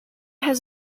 has